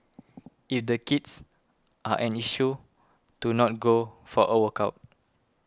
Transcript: if the kids are an issue to not go for a workout